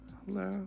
Hello